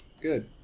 Good